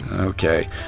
Okay